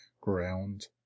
ground